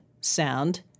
sound